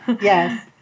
Yes